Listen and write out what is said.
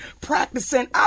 practicing